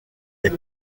est